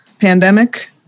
pandemic